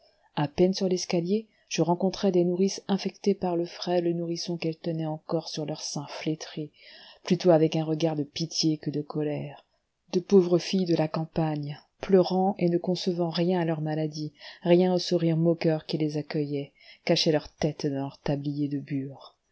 à peine sur l'escalier je rencontrai des nourrices infectées par le frêle nourrisson qu'elles tenaient encore sur leur sein flétri plutôt avec un regard de pitié que de colère de pauvres filles de la campagne pleurant et ne concevant rien à leur maladie rien au sourire moqueur qui les accueillait cachaient leur tête dans leur tablier de bure